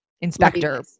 Inspector